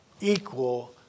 equal